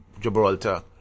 Gibraltar